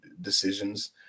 decisions